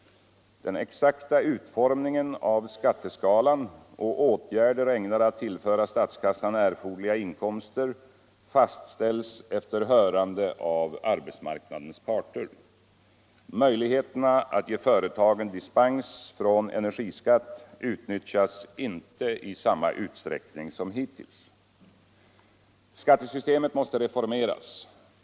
Den exaktla utformningen av skatteskalan och åtgärder ägnade att tillföra statskassan erforderliga inkomster fastställs efter hörande av urbetsmarknadens parter. Möjligheterna att ge företagen dispens från energiskatt utnyttjas inte i samma utsträckning som hittills. Skattesystemet måste reformeras.